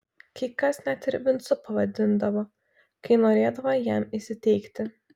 kai kas net ir vincu pavadindavo kai norėdavo jam įsiteikti